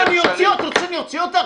את רוצה שאני אוציא אותך?